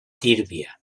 tírvia